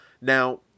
Now